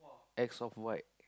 X off white